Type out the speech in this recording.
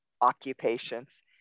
occupations